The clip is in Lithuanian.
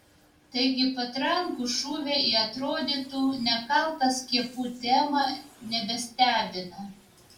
taigi patrankų šūviai į atrodytų nekaltą skiepų temą nebestebina